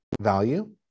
value